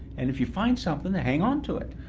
and if you find something, hang on to it.